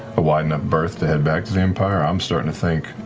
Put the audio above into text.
a wide enough berth to head back to the empire? i'm starting to think,